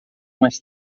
mais